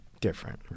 different